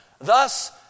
Thus